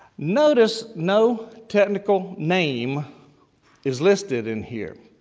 notice no technical name is listed in here.